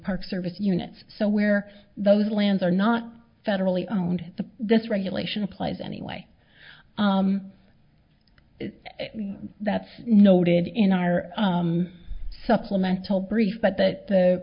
park service units so where those lands are not federally owned the this regulation applies anyway that's noted in our supplemental brief but that the